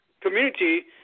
community